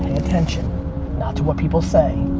attention not to what people say